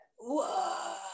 whoa